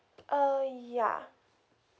uh ya